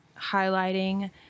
highlighting